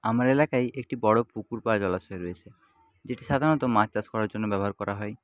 আমার এলাকায় একটি বড় পুকুর বা জলাশয় রয়েছে যেটি সাধারণত মাছ চাষ করার জন্য ব্যবহার করা হয়